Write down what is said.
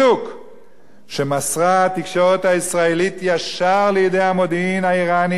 התקשורת הישראלית ישר לידי המודיעין האירני בריש גלי,